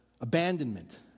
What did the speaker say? abandonment